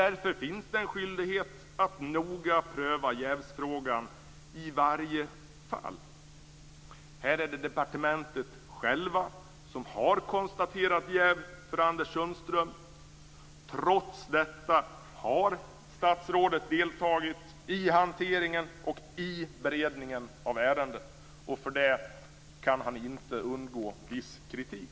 Därför finns det en skyldighet att noga pröva jävsfrågan i varje enskilt fall. Här är det departementet självt som har konstaterat jäv för Anders Sundström. Trots detta har statsrådet deltagit i hanteringen och i beredningen av ärendet, och för detta kan han inte undgå viss kritik.